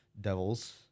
Devils